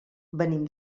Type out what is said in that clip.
venim